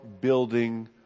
building